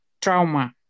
trauma